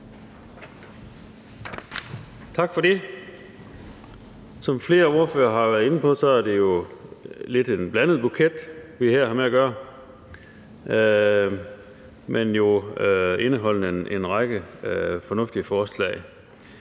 Tak for det. Som flere ordførere har været inde på, er det en lidt blandet buket, vi her har med at gøre, men jo et lovforslag, som indeholder en række fornuftige forslag.